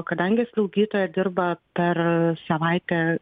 kadangi slaugytoja dirba per savaitę